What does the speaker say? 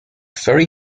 very